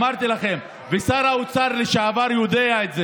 אמרתי לכם, ושר האוצר לשעבר יודע את זה,